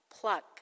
pluck